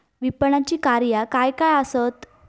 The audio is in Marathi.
विपणनाची कार्या काय काय आसत?